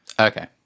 Okay